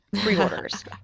pre-orders